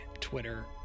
Twitter